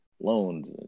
loans